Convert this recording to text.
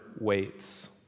waits